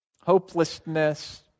Hopelessness